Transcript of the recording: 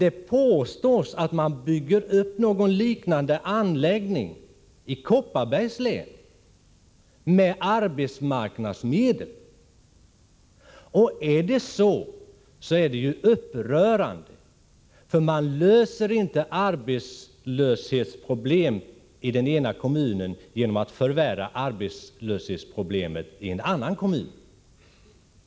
Det påstås i varje fall att man håller på att bygga upp en liknande anläggning i Kopparbergs län med arbetsmarknadsmedel. Om det är så, är det upprörande, för man löser inte arbetslöshetsproblem i den ena kommunen genom att förvärra arbetslöshetsproblemen i en annan kommun.